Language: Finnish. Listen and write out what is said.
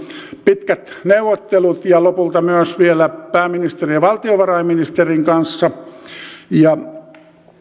pitkät neuvottelut ja lopulta myös vielä pääministerin ja valtiovarainministerin kanssa